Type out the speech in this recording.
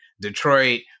Detroit